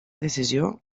decisió